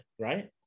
Right